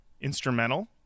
instrumental